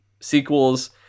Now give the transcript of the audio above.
sequels